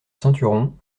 ceinturon